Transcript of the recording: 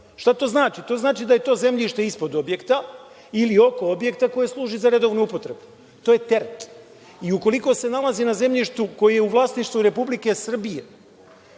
Šta to znači? To znači da je to zemljište ispod objekta ili oko objekta koje služi za redovnu upotrebu. To je teret i ukoliko se nalazi na zemljištu koje je u vlasništvu Republike Srbije,